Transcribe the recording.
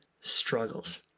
struggles